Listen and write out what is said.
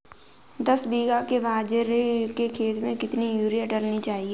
दस बीघा के बाजरे के खेत में कितनी यूरिया डालनी चाहिए?